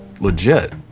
legit